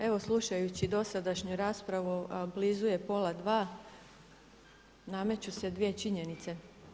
Evo slušajući dosadašnju raspravu, a blizu je pola dva nameću se dvije činjenice.